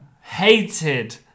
hated